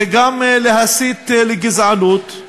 זה גם להסית לגזענות,